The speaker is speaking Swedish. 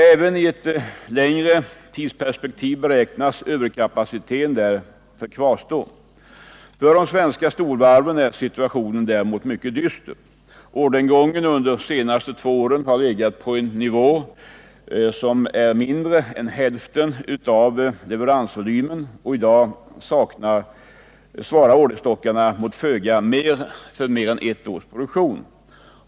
Även i ett längre tidsperspektiv beräknas överkapaciteten därför kvarstå. För de svenska storvarven är situationen dyster. Orderingången under de senaste två åren har legat på en nivå som är mindre än hälften av leveransvolymen, och i dag svarar orderstockarna mot föga mer än ett års produktion.